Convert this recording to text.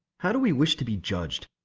how do we wish to be judged?